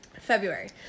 February